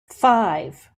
five